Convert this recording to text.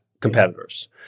competitors